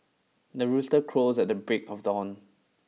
the rooster crows at the break of dawn